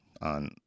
On